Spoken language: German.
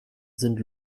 sind